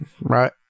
right